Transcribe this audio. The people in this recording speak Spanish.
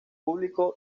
público